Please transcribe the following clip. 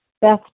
Beth